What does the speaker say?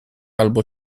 albo